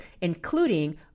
including